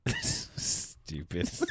Stupid